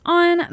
on